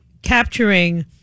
capturing